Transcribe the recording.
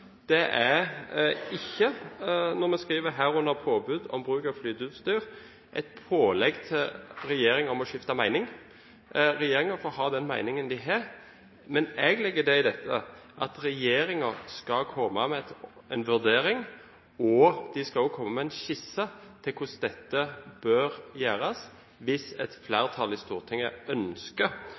Det er ikke – når vi skriver «herunder påbud om bruk av flyteutstyr» – et pålegg til regjeringen om å skifte mening. Regjeringen får ha den meningen den har, men jeg legger i dette at regjeringen skal komme med en vurdering. Den skal også komme med en skisse til hvordan dette bør gjøres, hvis et flertall i Stortinget ønsker